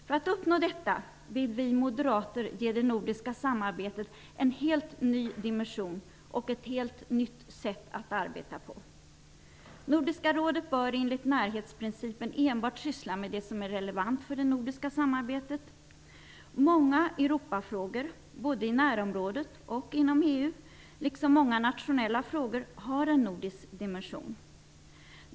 För att uppnå detta vill vi moderater ge det nordiska samarbetet en helt ny dimension och ett helt nytt sätt att arbeta på. Nordiska rådet bör enligt närhetsprincipen enbart syssla med det som är relevant för det nordiska samarbetet. Många Europafrågor, både i närområdet och inom EU, liksom många nationella frågor, har en nordisk dimension.